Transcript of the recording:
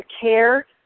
care